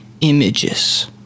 Images